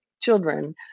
children